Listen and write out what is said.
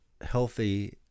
healthy